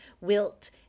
wilt